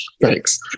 Thanks